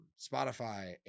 Spotify